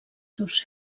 seus